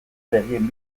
begien